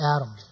Adam